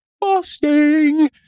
busting